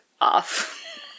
off